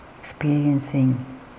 experiencing